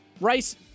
Rice